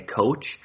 coach